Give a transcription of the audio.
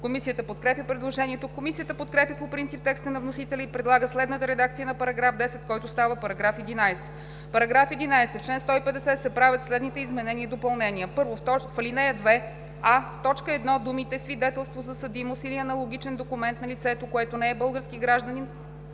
Комисията подкрепя предложението. Комисията подкрепя по принцип текста на вносителя и предлага следната редакция на § 10, който става § 11: „§ 11. В чл. 150 се правят следните изменения и допълнения: 1. В ал. 2: а) в т. 1 думите „свидетелство за съдимост или аналогичен документ на лицето, ако не е български гражданин“